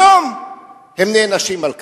היום הם נענשים על כך.